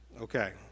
Okay